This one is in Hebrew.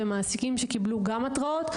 ומעסיקים שקיבלו גם התראות,